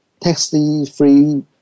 taxi-free